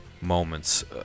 moments